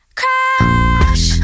crash